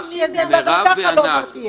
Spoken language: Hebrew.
כשזה גם ככה לא מרתיע.